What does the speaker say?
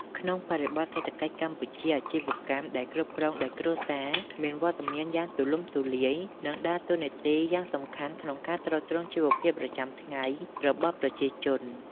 ក្នុងបរិបទសេដ្ឋកិច្ចកម្ពុជា អាជីវកម្មដែលគ្រប់គ្រងដោយគ្រួសារ មានវត្តមានយ៉ាងទូលំទូលាយ និងដើរតួនាទីយ៉ាងសំខាន់ក្នុងការទ្រទ្រង់ជីវភាពប្រចាំថ្ងៃរបស់ប្រជាជន។